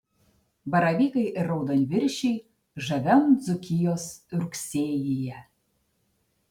baravykai ir raudonviršiai žaviam dzūkijos rugsėjyje